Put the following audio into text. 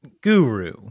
guru